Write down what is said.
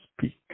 speak